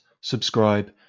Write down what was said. subscribe